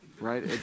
right